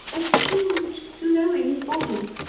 a huge, glowing body,